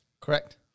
Correct